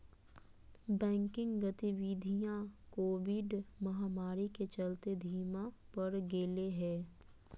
banking गतिवीधियां Covid महामारी के चलते धीमा पड़ गेले हें